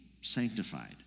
sanctified